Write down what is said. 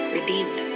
redeemed